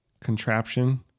Contraption